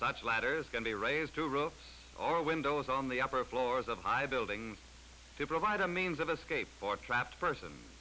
such ladders going to be raised to row or windows on the upper floors of high buildings to provide a means of escape for traps person